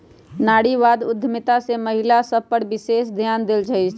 नारीवाद उद्यमिता में महिला सभ पर विशेष ध्यान देल जाइ छइ